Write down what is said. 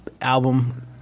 Album